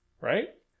right